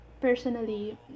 personally